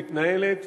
שמתנהלת